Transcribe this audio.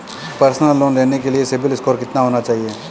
Personal loan लेने के लिए सिबिल स्कोर कितना होना चाहिए?